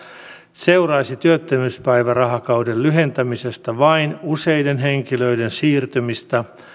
seuraisi työttömyyspäivärahakauden lyhentämisestä vain useiden henkilöiden siirtymistä